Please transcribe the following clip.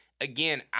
again